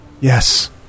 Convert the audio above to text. Yes